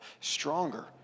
stronger